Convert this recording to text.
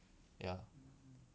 ya